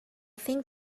think